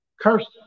Cursed